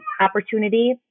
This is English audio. opportunity